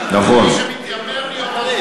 ומי שמתיימר להיות,